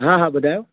हा हा ॿुधायो